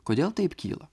kodėl taip kyla